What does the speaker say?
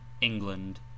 England